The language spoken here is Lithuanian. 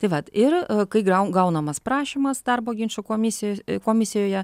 tai vat ir kai gau gaunamas prašymas darbo ginčų komisijoj komisijoje